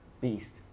beast